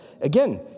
Again